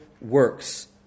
works